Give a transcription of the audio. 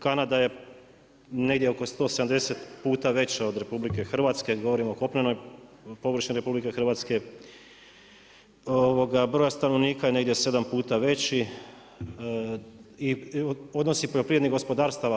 Kanada je negdje oko 170 puta veća od RH, govorim o kopnenoj površini RH, broja stanovnika je negdje sedam puta veći i odnosi poljoprivrednih gospodarstava.